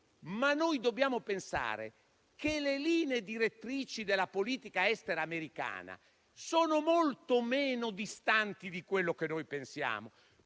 Noi dobbiamo pensare però che le linee direttrici della politica estera americana sono molto meno distanti di quello che noi pensiamo.